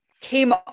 came